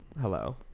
Hello